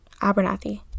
Abernathy